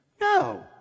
No